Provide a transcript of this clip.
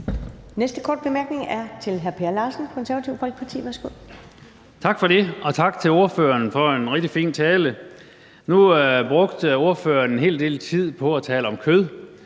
Næste korte bemærkning er til hr. Per Larsen, Det Konservative Folkeparti. Værsgo. Kl. 19:31 Per Larsen (KF): Tak for det. Og tak til ordføreren for en rigtig fin tale. Nu brugte ordføreren en hel del tid på at tale om